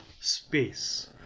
space